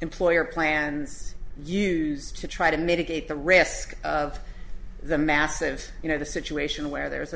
employer plans use to try to mitigate the risk of the massive you know the situation where there